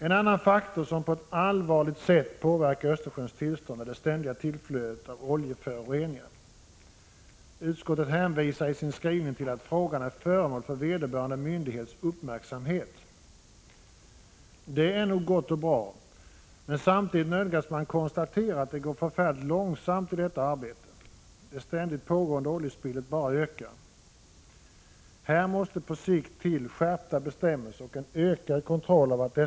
En annan faktor som på ett allvarligt sätt påverkar Östersjöns tillstånd är det ständiga tillflödet av oljeföroreningar. Utskottet hänvisar i sin skrivning till att frågan är föremål för vederbörande myndighets uppmärksamhet. Det är nog gott och bra, men samtidigt nödgas man konstatera att det går förfärligt långsamt i detta arbete. Det ständigt pågående oljespillet bara ökar. Här måste på sikt till skärpta bestämmelser och en ökad kontroll av att Prot.